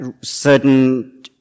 certain